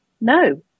no